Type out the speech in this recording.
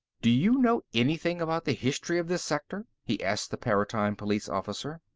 do you know anything about the history of this sector? he asked the paratime police officer.